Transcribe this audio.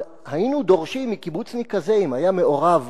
אבל היינו דורשים מקיבוצניק כזה, אם היה מעורב